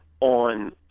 on